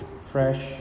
fresh